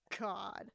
God